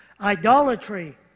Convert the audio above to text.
Idolatry